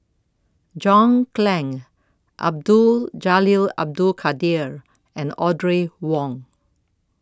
John Clang Abdul Jalil Abdul Kadir and Audrey Wong